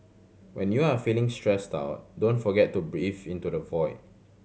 when you are feeling stressed out don't forget to breathe into the void